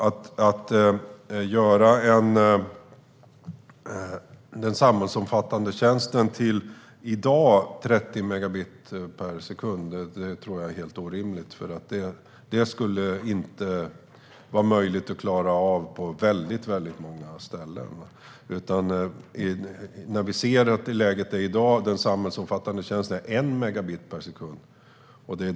Att i dag höja nivån för den samhällsomfattande tjänsten till 30 megabit per sekund tror jag vore helt orimligt. Det skulle på väldigt många ställen inte vara möjligt att klara. I dag ligger kravet på den samhällsomfattande tjänsten på 1 megabit per sekund.